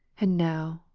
and now,